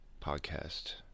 podcast